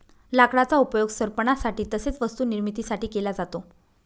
लाकडाचा उपयोग सरपणासाठी तसेच वस्तू निर्मिती साठी केला जातो